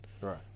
Right